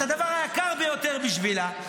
את הדבר היקר ביותר בשבילה,